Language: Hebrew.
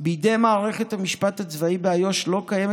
בידי מערכת המשפט הצבאי באיו"ש לא קיימת